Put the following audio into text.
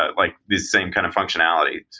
ah like the same kind of functionality.